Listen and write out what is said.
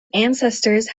ancestors